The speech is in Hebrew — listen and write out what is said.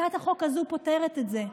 הצעת החוק הזאת פותרת את זה.